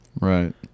right